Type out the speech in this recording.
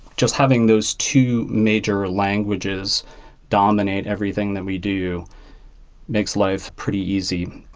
just having those two major languages dominate everything that we do makes life pretty easy.